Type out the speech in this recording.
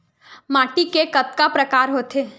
माटी के कतका प्रकार होथे?